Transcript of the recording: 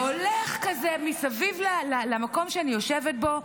והולך כזה מסביב למקום שאני יושבת בו,